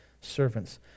servants